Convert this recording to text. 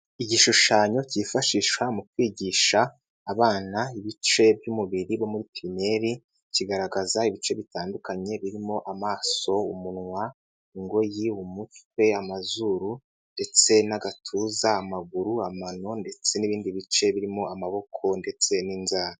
Igishushanyo cyifashishwa mu kwigisha abana ibice by'umubiri bo muri pirimeri, kigaragaza ibice bitandukanye, birimo amaso, umunwa, ingoyi, umutwe, amazuru ndetse n'agatuza, amaguru, amano ndetse n'ibindi bice birimo amaboko ndetse n'inzara.